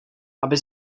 aby